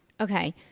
Okay